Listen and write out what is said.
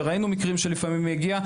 וראינו מקרים שלפעמים היא הגיעה,